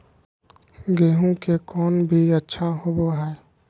गेंहू के कौन बीज अच्छा होबो हाय?